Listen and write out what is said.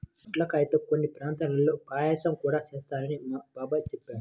పొట్లకాయల్తో కొన్ని ప్రాంతాల్లో పాయసం గూడా చేత్తారని మా బాబాయ్ చెప్పాడు